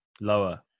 lower